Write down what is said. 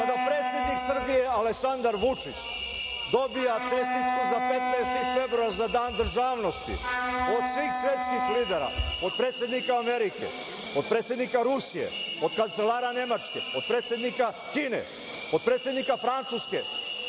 Kada predsednik Srbije Aleksandar Vučić dobija čestitku za 15. februar za Dan državnosti od svih svetskih lidera, od predsednika Amerike, od predsednika Rusije, od kancelara Nemačke, od predsednika Kine, od predsednika Francuske,